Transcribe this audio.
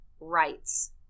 rights